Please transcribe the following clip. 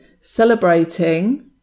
celebrating